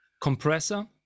compressor